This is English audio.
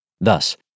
Thus